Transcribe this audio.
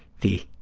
the